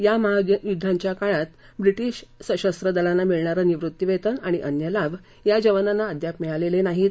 या महायुध्दांच्या काळात ब्रिटिश सशस्त्र दलांना मिळणार निवृत्तीवेतन आणि अन्य लाभ या जवानांना अद्याप मिळालेले नाहीत